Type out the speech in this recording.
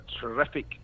terrific